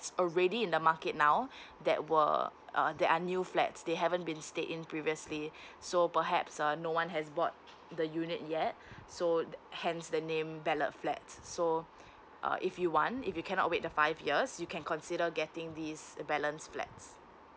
already in the market now that were uh that are new flats they haven't been stayed in previously so perhaps uh no one has bought the unit yet so hence the name ballot flat so uh if you want if you cannot wait the five years you can consider getting these balance flats